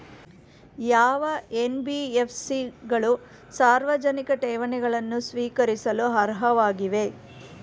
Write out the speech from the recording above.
ಯಾವ ಎನ್.ಬಿ.ಎಫ್.ಸಿ ಗಳು ಸಾರ್ವಜನಿಕ ಠೇವಣಿಗಳನ್ನು ಸ್ವೀಕರಿಸಲು ಅರ್ಹವಾಗಿವೆ?